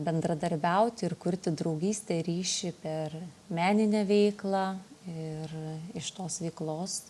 bendradarbiauti ir kurti draugystę ryšį per meninę veiklą ir iš tos veiklos